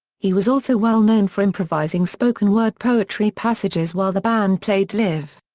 he was also well known for improvising spoken word poetry passages while the band played live.